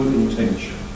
intention